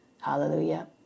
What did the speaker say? Hallelujah